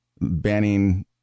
banning